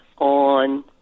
on